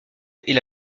est